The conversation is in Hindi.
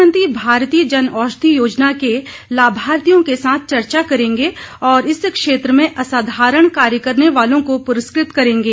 प्रधानमंत्री भारतीय जन औषधि योजना के लाभार्थियों के साथ चर्चा करेंगे और इस क्षेत्र में असाधारण कार्य करने वालों को पुरस्कृत करेंगे